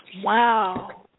Wow